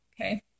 Okay